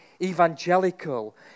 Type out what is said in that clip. evangelical